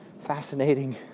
fascinating